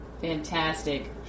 fantastic